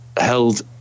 held